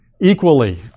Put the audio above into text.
equally